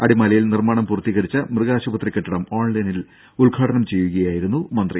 അടിമാലിയിൽ നിർമ്മാണം പൂർത്തീകരിച്ച മൃഗാശുപത്രി കെട്ടിടം ഓൺലൈനിൽ ഉദ്ഘാടനം ചെയ്യുകയായിരുന്നു മന്ത്രി